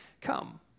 come